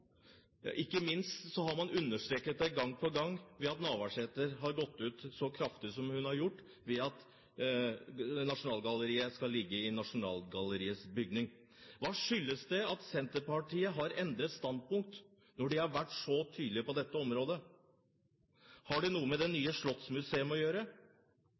ikke minst har man understreket det gang på gang ved at Liv Signe Navarsete har gått ut så kraftig som hun har gjort med at Nasjonalgalleriet skal ligge i Nasjonalgalleriets bygning. Hva skyldes det at Senterpartiet har endret standpunkt, når de har vært så tydelige på dette området? Har det noe med det nye slottsmuseet å gjøre,